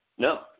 No